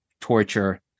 torture